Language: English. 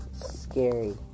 scary